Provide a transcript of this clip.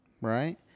Right